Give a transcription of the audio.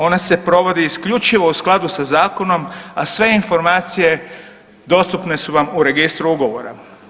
Ona se provodi isključivo u skladu sa zakonom, a sve informacije dostupne su vam u registru ugovora.